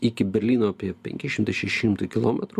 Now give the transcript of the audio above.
iki berlyno apie penki šimtai šeši šimtai kilometrų